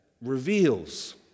reveals